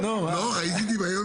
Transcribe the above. --- ראיתי דמיון